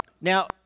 Now